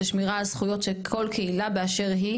לשמירה על זכויות של כל קהילה באשר היא,